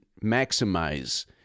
maximize